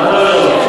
לא,